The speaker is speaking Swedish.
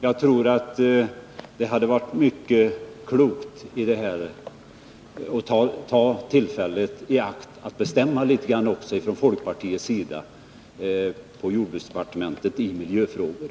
Jag tror det hade varit klokt, om man nu vill vara med och bestämma lite i jordbruksdepartementet i miljöfrågor.